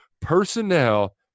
personnel